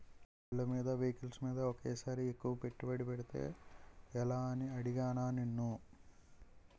ఇళ్ళమీద, వెహికల్స్ మీద ఒకేసారి ఎక్కువ పెట్టుబడి పెడితే ఎలా అని అడిగానా నిన్ను